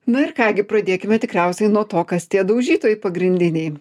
na ir ką gi pradėkime tikriausiai nuo to kas tie daužytojai pagrindiniai